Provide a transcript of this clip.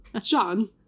John